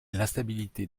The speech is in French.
l’instabilité